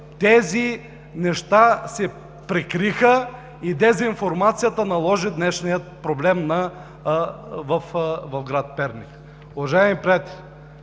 тези неща се прикриха и дезинформацията наложи днешния проблем в град Перник. Уважаеми приятели,